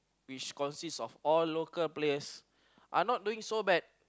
which consists of all local players are not doing so bad